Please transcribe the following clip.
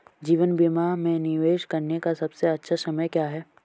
जीवन बीमा में निवेश करने का सबसे अच्छा समय क्या है?